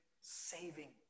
saving